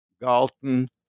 Galton